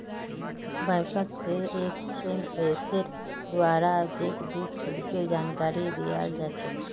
बैंकोत से एसएमएसेर द्वाराओ चेकबुक शुल्केर जानकारी दयाल जा छेक